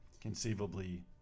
conceivably